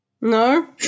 No